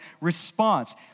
response